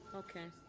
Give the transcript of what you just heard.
okay